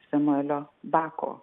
samuelio bako